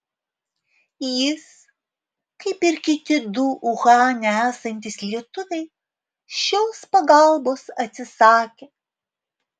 jis kaip ir kiti du uhane esantys lietuviai šios pagalbos atsisakė